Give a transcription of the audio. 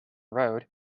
road